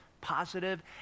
positive